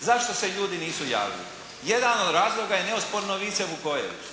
Zašto se ljudi nisu javili? Jedan od razloga je neosporno Vice Vukojević.